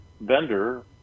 vendor